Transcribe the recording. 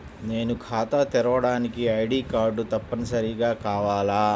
నేను ఖాతా తెరవడానికి ఐ.డీ కార్డు తప్పనిసారిగా కావాలా?